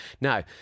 Now